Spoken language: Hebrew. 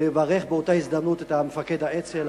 ולברך באותה הזדמנות את מפקד האצ"ל,